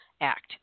Act